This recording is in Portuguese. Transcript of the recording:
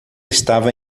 estava